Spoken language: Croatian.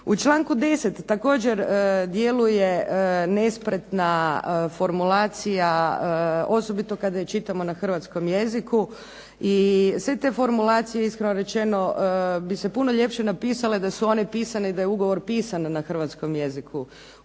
U članku 10. također djeluje nespretna formulacija, osobito kada je čitamo na hrvatskom jeziku i sve te formulacije iskreno rečeno bi se puno ljepše napisale da su one pisane i da je ugovor pisan na hrvatskom jeziku.